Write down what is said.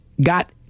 got